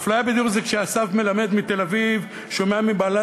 אפליה בדיור זה כשאסף מלמד מתל-אביב שומע מבעלת